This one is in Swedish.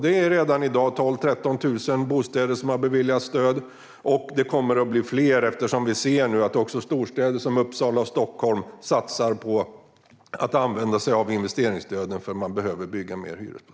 Det är redan i dag 12 000-13 000 bostäder som har beviljats stöd, och det kommer att bli fler eftersom vi nu ser att också storstäder som Uppsala och Stockholm satsar på att använda sig av investeringsstöden för att bygga fler hyresrätter.